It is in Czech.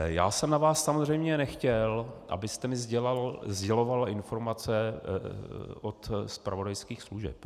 Já jsem na vás samozřejmě nechtěl, abyste mi sděloval informace od zpravodajských služeb.